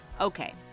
Okay